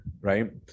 right